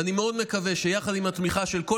ואני מאוד מקווה שיחד עם התמיכה של כל